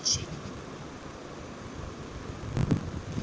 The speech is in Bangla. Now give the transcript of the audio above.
হাইগ্রমিটার মেশিন দিয়ে বাতাসের আদ্রতার মাত্রা বুঝা যাচ্ছে